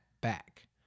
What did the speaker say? back